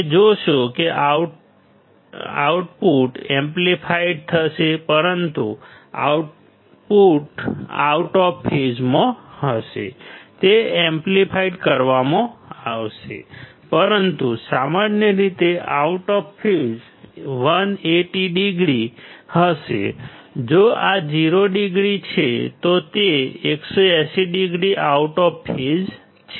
તમે જોશો કે આઉટપુટ એમ્પ્લીફાઇડ થશે પરંતુ આઉટ ઓફ ફેઝમાં હશે તે એમ્પ્લીફાઇડ કરવામાં આવશે પરંતુ સામાન્ય રીતે આઉટ ઓફ ફેઝ 180 ડિગ્રી હશે જો આ 0 ડિગ્રી છે તો તે 180 ડિગ્રી આઉટ ઓફ ફેઝ છે